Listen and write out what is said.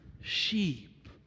sheep